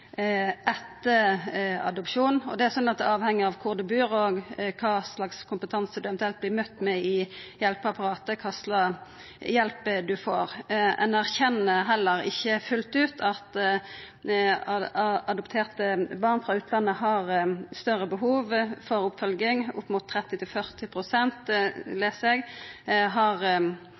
etter adopsjon, og det er slik at kva slags kompetanse du eventuelt vert møtt med i hjelpeapparatet, kva slags hjelp du får, er avhengig av kvar du bur. Ein erkjenner heller ikkje fullt ut at adopterte barn frå utlandet har større behov for oppfølging; eg les at opp mot